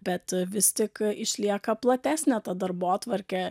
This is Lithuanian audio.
bet vis tik išlieka platesnė darbotvarkė